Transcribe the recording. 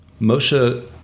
Moshe